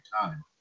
time